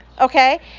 okay